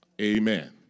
Amen